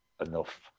enough